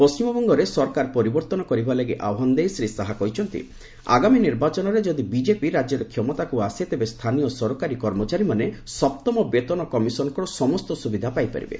ପଶ୍ଚିମବଙ୍ଗରେ ସରକାର ପରିବର୍ତ୍ତନ କରିବା ଲାଗି ଆହ୍ୱାନ ଦେଇ ଶ୍ରୀ ଶାହା କହିଛନ୍ତି ଆଗାମୀ ନିର୍ବାଚନରେ ଯଦି ବିକେପି ରାଜ୍ୟରେ କ୍ଷମତାକୁ ଆସେ ତେବେ ସ୍ଥାନୀୟ ସରକାରୀ କର୍ମଚାରୀମାନେ ସପ୍ତମ ବେତନ କମିଶନ୍ଙ୍କର ସମସ୍ତ ସୁବିଧା ପାଇପାରିବେ